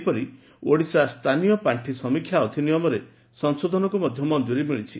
ସେହିପରି ଓଡ଼ିଶା ସ୍ତାନୀୟ ପାଶ୍ବି ସମୀକ୍ଷା ଅଧ୍ନିୟମରେ ସଂଶୋଧନକୁ ମଧ୍ଧ ମଞ୍ଚୁରୀ ମିଳିଛି